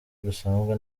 dusanzwe